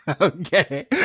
Okay